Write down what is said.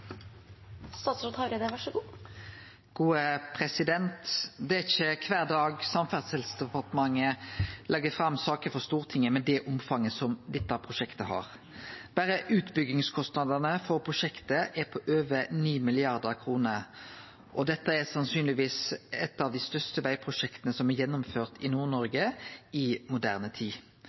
ikkje kvar dag Samferdselsdepartementet legg fram saker for Stortinget med det omfanget dette prosjektet har. Berre utbyggingskostnadene for prosjektet er på over 9 mrd. kr, og dette er sannsynlegvis eitt av dei største vegprosjekta som er gjennomført i Nord-Noreg i moderne tid.